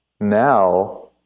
Now